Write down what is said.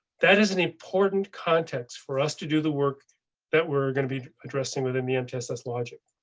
that is an important context for us to do the work that we're going to be addressing within the mtss logic.